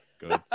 good